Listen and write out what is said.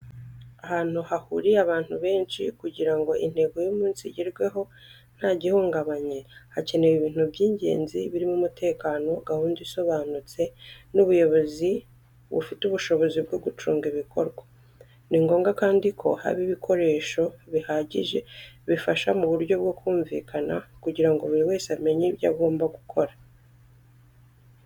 Ahantu hahuriye abantu benshi, kugira ngo intego y’umunsi igerweho nta gihungabanye, hakenewe ibintu by’ingenzi birimo umutekano, gahunda isobanutse, n’ubuyobozi bufite ubushobozi bwo gucunga ibikorwa. Ni ngombwa kandi ko haba ibikoresho bihagije bifasha mu buryo bwo kumvikana kugira ngo buri wese amenye ibyo agomba gukora.